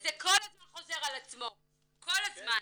כל משפט.